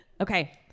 Okay